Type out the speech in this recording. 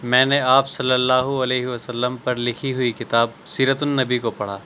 میں نے آپ صلی اللہ علیہ وسلم پر لکھی ہوئی کتاب سیرت النّبی کو پڑھا